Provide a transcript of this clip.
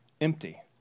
empty